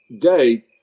day